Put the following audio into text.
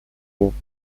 groupe